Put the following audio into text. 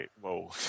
whoa